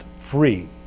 free